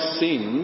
sin